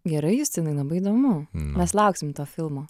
gerai justinai labai įdomu mes lauksim to filmo